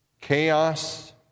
chaos